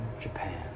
Japan